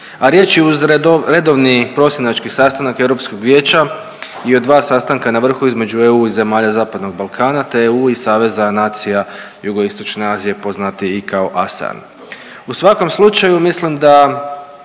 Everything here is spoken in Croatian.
a riječ je uz redovni prosinački sastanak Europskog vijeća i o dva sastanka na vrhu između EU i zemalja Zapadnog Balkana te EU i Saveza nacija Jugoistočne Azije poznatiji i kao ASEAN. U svakom slučaju mislim da